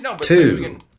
Two